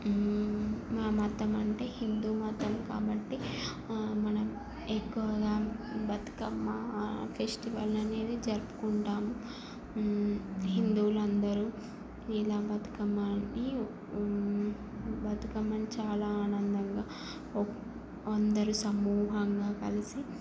మా మతం అంటే హిందూ మతం కాబట్టి మనం ఎక్కువగా బతుకమ్మ ఫెస్టివల్ని అనేది జరుపుకుంటాం హిందువులందరూ ఇలా బతుకమ్మని బతుకమ్మని చాలా ఆనందంగా అందరూ సమూహంగా కలిసి